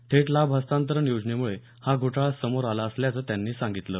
थेट लाभ हस्तांतरण योजनेमुळे हा घोटाळा समोर आला असल्याचं त्यांनी सांगितलं